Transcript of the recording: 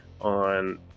on